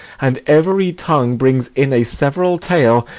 and every tongue brings in a several tale,